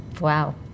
Wow